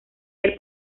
del